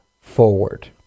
forward